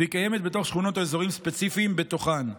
והיא קיימת בתוך שכונות או אזורים ספציפיים בתוכן.